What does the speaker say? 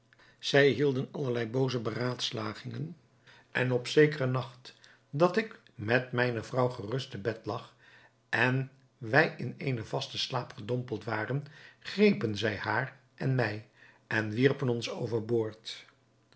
zij hielden allerlei booze beraadslagingen en op zekeren nacht dat ik met mijne vrouw gerust te bed lag en wij in eenen vasten slaap gedompeld waren grepen zij haar en mij en wierpen ons